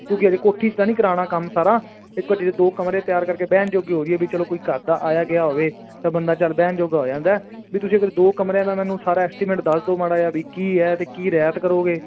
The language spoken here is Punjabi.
ਕਿਉਕਿ ਹਜੇ ਕੋਠੀ ਤਾਂ ਨਹੀਂ ਕਰਾਣਾ ਕੰਮ ਸਾਰਾ ਇੱਕ ਬਾਰੀ ਦੋ ਕਮਰੇ ਤਿਆਰ ਕਰਕੇ ਬਹਿਣ ਜੋਗੇ ਹੋ ਜਾਈਏ ਵੀ ਚਲੋ ਕੋਈ ਘਰ ਦਾ ਆਇਆ ਗਿਆ ਹੋਵੇ ਤਾਂ ਬੰਦਾ ਚੱਲ ਬਹਿਣ ਜੋਗਾ ਹੋ ਜਾਂਦਾ ਵੀ ਤੁਸੀਂ ਫਿਰ ਦੋ ਕਮਰਿਆਂ ਦਾ ਮੈਨੂੰ ਸਾਰਾ ਐਸਟੀਮੇਟ ਦੱਸ ਦਿਓ ਮਾੜਾ ਜਿਹਾ ਵੀ ਕੀ ਹੈ ਅਤੇ ਕੀ ਰਹਿਤ ਕਰੋਗੇ